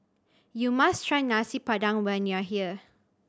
you must try Nasi Padang when you are here